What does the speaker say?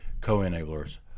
co-enablers